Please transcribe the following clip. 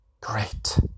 Great